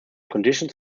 conditions